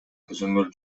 көзөмөл